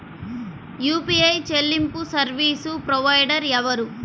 UPI చెల్లింపు service provider ఎవరు?